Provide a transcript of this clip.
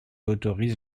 autorise